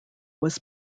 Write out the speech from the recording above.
was